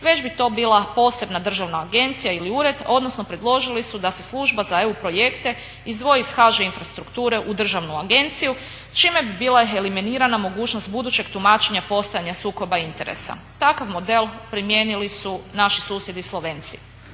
već bi to bila posebna državna agencija ili ured odnosno predložili su da se Služba za EU projekte izdvoji iz HŽ Infrastrukture u državnu agenciju čime bi bila eliminirana mogućnost budućeg tumačenja postojanja sukoba interesa. Takav model primijenili su naši susjedi Slovenci.